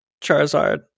Charizard